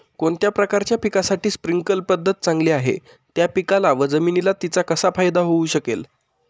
कोणत्या प्रकारच्या पिकासाठी स्प्रिंकल पद्धत चांगली आहे? त्या पिकाला व जमिनीला तिचा कसा फायदा होऊ शकेल?